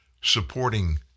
supporting